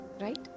right